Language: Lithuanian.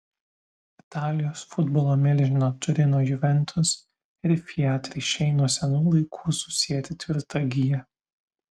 italijos futbolo milžino turino juventus ir fiat ryšiai nuo senų laikų susieti tvirta gija